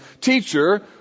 Teacher